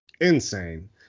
insane